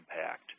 impact